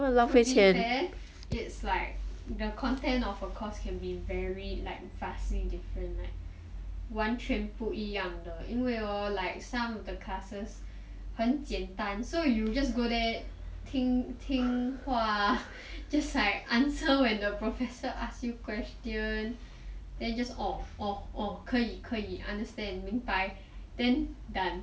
to be fair it's like the content of a course can be very like vastly different right one trip 不一样的因为 hor like some of the classes 很简单 so you just go there 听听话 just like answer when the professor ask you question then you just orh orh 可以可以 understand 明白 then done